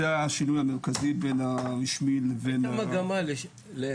זה השינוי המרכזי בין הרשמי לבין הרשתות.